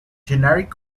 generic